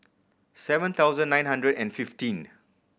seven thousand nine hundred and fifteen